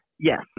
Yes